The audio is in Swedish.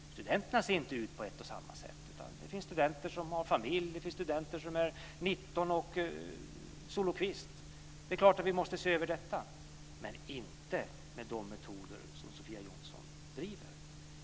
Studenterna ser ju inte ut på ett och samma sätt, utan det finns studenter som har familj och studenter som är 19 år och solokvist. Det är klart att vi måste se över detta, men inte med de metoder som Sofia Jonsson driver.